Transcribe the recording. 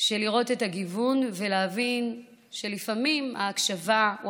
לראות את הגיוון ולהבין שלפעמים ההקשבה או